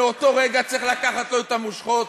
מאותו רגע צריך לקחת ממנו את המושכות,